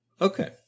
Okay